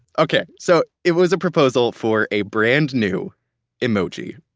okay, so it was a proposal for a brand new emoji.